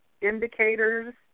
indicators